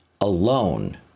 alone